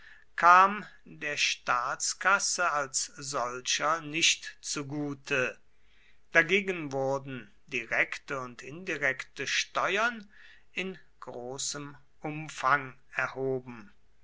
kam der staatskasse als solcher nicht zugute dagegen wurden direkte und indirekte steuern in großem umfang erhoben